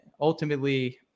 ultimately